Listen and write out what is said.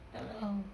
oh